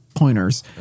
pointers